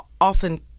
often